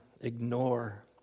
ignore